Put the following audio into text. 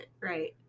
right